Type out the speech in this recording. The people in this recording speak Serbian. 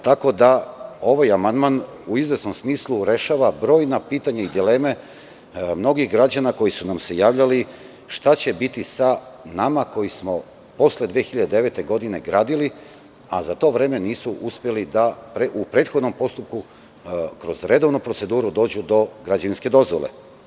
Tako da, ovaj amandman u izvesnom smislu rešava brojna pitanje i dileme mnogih građana koji su nam se javljali - šta će biti sa nama koji smo posle 2009. godine gradili a za to vreme nisu uspeli da u prethodnom postupku, kroz redovnu proceduru dođu do građevinske dozvole.